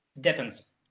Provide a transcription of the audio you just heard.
Depends